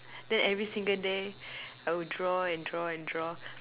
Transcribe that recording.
then every single day I would draw and draw and draw